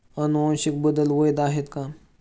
अनुवांशिक बदल वैध आहेत का?